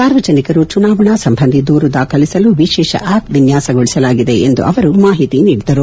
ಸಾರ್ವಜನಿಕರು ಚುನಾವಣಾ ಸಂಬಂಧಿ ದೂರು ದಾಖಲಿಸಲು ವಿಶೇಷ ಆ್ಯಪ್ ವಿನ್ಹಾಸೊಳಿಸಲಾಗಿದೆ ಎಂದು ಅವರು ಮಾಹಿತಿ ನೀಡಿದರು